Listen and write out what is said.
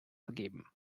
vergeben